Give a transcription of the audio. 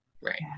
right